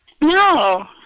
No